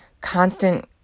constant